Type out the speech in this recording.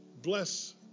Bless